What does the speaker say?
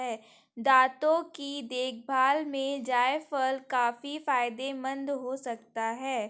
दांतों की देखभाल में जायफल काफी फायदेमंद हो सकता है